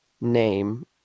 name